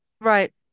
Right